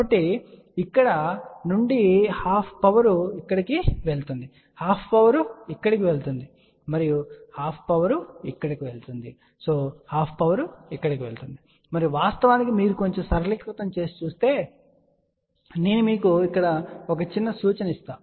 కాబట్టి ఇక్కడ నుండి ½ పవర్ ఇక్కడకు వెళుతుంది ½ పవర్ ఇక్కడకు వెళుతుంది మరియు ½ పవర్ ఇక్కడకు వెళుతుంది ½ పవర్ ఇక్కడకు వెళుతుంది మరియు వాస్తవానికి మీరు కొంచెం సరళీకృతం చేస్తే నేను మీకు ఇక్కడ చిన్న సూచన ఇస్తాను